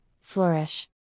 Flourish